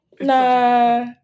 no